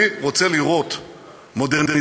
אני רוצה לראות מודרניזציה,